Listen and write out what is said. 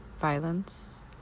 violence